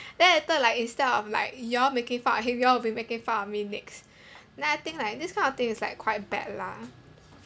then later like instead of like you all making fun of him you all will be making fun of me next then I think like this kind of thing is like quite bad lah